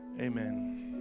Amen